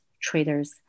traders